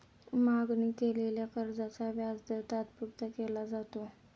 मागणी केलेल्या कर्जाचा व्याजदर तात्पुरता केला जातो